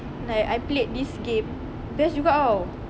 like I played this game best juga tau